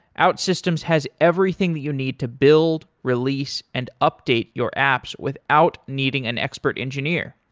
outsystems has everything that you need to build, release and update your apps without needing an expert engineer.